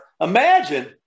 Imagine